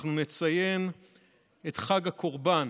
אנחנו נציין את חג הקורבן.